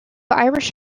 irish